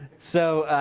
so,